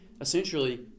Essentially